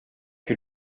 que